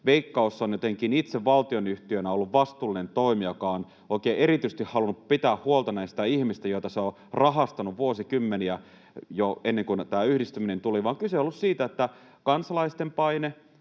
Veikkaus on jotenkin itse valtionyhtiönä ollut vastuullinen toimija, joka on oikein erityisesti halunnut pitää huolta näistä ihmisistä, joita se on rahastanut vuosikymmeniä jo ennen kuin tämä yhdistyminen tuli, vaan kyse on ollut siitä, että kansalaisten paine